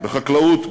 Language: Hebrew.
בחקלאות,